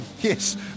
yes